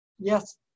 Yes